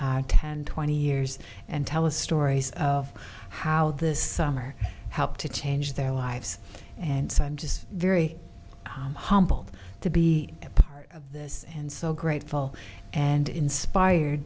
in ten twenty years and tell us stories of how this summer helped to change their lives and so i'm just very humbled to be a part of this and so grateful and inspired